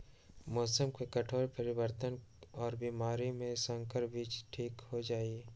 मौसम के कठोर परिवर्तन और बीमारी में संकर बीज टिक जाई छई